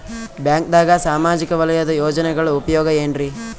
ಬ್ಯಾಂಕ್ದಾಗ ಸಾಮಾಜಿಕ ವಲಯದ ಯೋಜನೆಗಳ ಉಪಯೋಗ ಏನ್ರೀ?